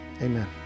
Amen